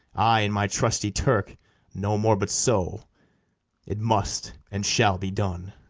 i and my trusty turk no more, but so it must and shall be done.